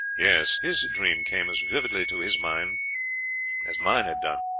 yes, his dream came as vividly to his mind as mine had done.